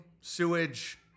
sewage